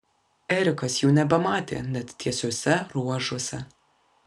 erikas jų nebematė net tiesiuose ruožuose